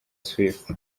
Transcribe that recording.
swift